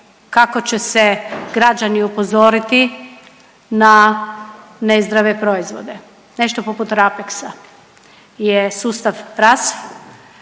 kako će se građani upozoriti na nezdrave proizvode. Nešto poput Rapexa je sustav RAS